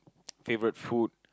favourite food